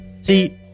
See